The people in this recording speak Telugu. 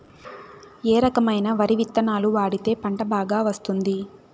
ఏ రకమైన వరి విత్తనాలు వాడితే పంట బాగా వస్తుంది?